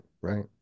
right